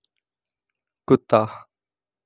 कुत्ता